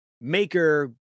maker